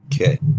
Okay